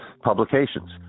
publications